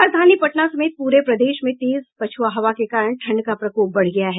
राजधानी पटना समेत पूरे प्रदेश में तेज पछुआ हवा के कारण ठंड का प्रकोप बढ़ गया है